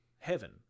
Heaven